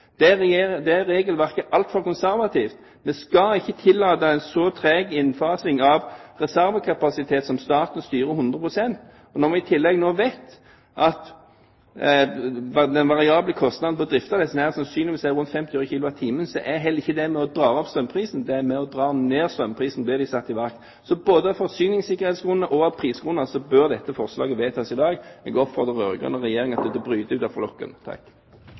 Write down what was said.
Det regelverket er altfor konservativt. Vi skal ikke tillate en så treg innfasing av reservekapasitet som staten styrer 100 pst. Og når vi i tillegg vet at den variable kostnaden for å drifte disse sannsynligvis er rundt 50 øre/kWt., er heller ikke det med på å dra opp strømprisen. Det er med på å dra ned strømprisen, blir de satt i verk. Så både av forsyningssikkerhetsgrunner og av prisgrunner bør dette forslaget vedtas i dag. Det er godt for